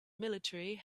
military